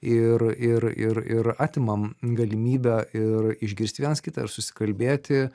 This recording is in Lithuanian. ir ir ir ir atimam galimybę ir išgirsti vienas kitą ir susikalbėti